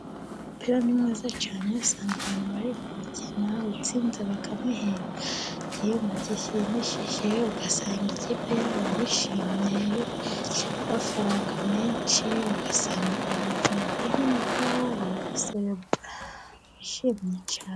Umupira ni mwiza cyane, usanga abantu bari bukina, utsinze bakamuhemba igihembo gishimishije, ugasanga ikipe yabo yishimiyemye, kuko yacuye amafaranga menshi, ugasanga abantu bameze neza, barguserebura bishimye cyane.